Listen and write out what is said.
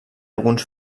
alguns